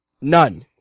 None